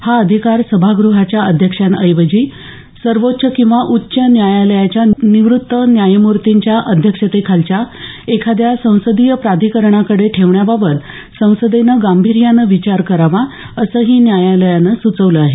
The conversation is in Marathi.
हा अधिकार सभागृहाच्या अध्यक्षांऐवजी सर्वोच्च किंवा उच्च न्यायालयाच्या निवृत्त न्यायमूर्तींच्या अध्यक्षतेखालच्या एखाद्या संसदीय प्राधिकरणाकडे ठेवण्याबाबत संसदेनं गांभीर्यानं विचार करावा असंही न्यायालयानं सुचवलं आहे